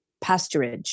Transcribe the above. pasturage